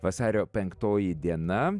vasario penktoji diena